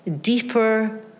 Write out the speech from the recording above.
deeper